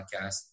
podcast